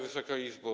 Wysoka Izbo!